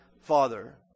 father